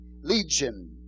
legion